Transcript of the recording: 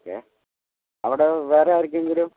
okay അവിടെ വേറെ ആർക്കെങ്കിലും